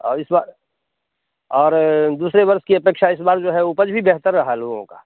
और इस बार और दूसरे वर्ष की अपेक्षा इस बार जो है उपज भी बेहतर रहा लोगों का